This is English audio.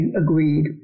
agreed